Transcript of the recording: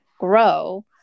Grow